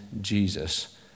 Jesus